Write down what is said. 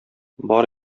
бар